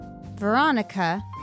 Veronica